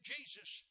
Jesus